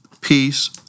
peace